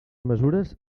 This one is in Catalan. mesures